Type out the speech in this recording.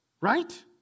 Right